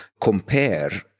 compare